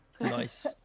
Nice